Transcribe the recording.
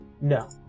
No